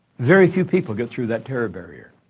very few people get through that terror barrier.